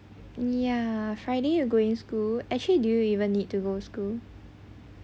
ya friday you going school actually do you even need to go school